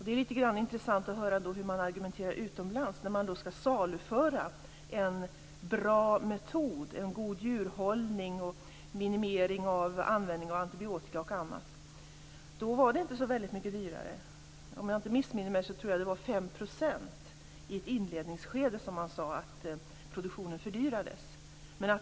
Det är intressant att höra hur man argumenterar utomlands när man skall saluföra en bra metod, en god djurhållning och minimering av användning av antibiotika och annat. Då var det inte så väldigt mycket dyrare. Om jag inte missminner mig tror jag att man sade att produktionen fördyrades med 5 % i ett inledningsskede.